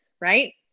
right